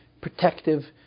protective